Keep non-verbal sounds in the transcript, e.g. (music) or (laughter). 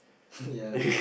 (breath) ya